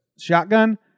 shotgun